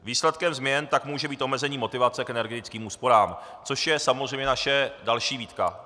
Výsledkem změn tak může být omezení motivace k energetickým úsporám, což je samozřejmě naše další výtka.